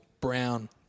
Brown